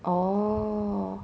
oh